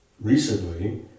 Recently